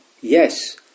Yes